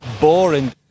Boring